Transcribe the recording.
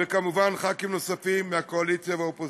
וכמובן חברי כנסת נוספים מהקואליציה והאופוזיציה.